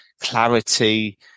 clarity